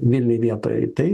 vilniuj vietoj tai